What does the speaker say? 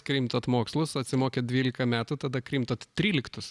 krimtot mokslus atsimokėt dvylika metų tada krimtot tryliktus